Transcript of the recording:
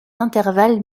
intervalles